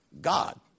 God